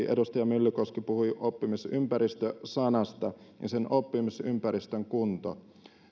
edustaja myllykoski puhui oppimisympäristö sanasta sen oppimisympäristön kunto